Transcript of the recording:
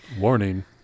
Warning